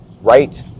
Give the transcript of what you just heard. right